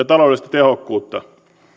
taloudellista tehokkuutta